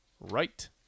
right